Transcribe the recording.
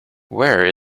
where